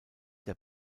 der